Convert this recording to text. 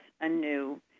anew